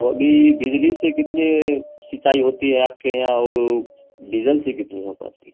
तो अभी बिजली से कितने सिंचाई होती है आपके यहाँ और डीजल से कितनी हो पाती